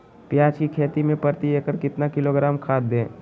प्याज की खेती में प्रति एकड़ कितना किलोग्राम खाद दे?